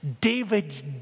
David's